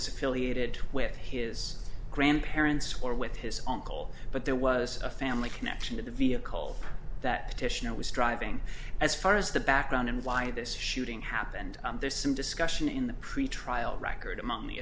was affiliated with his grandparents or with his uncle but there was a family connection to the vehicle that petitioner was driving as far as the background of why this shooting happened there's some discussion in the pretrial record among the